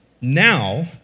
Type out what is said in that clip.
Now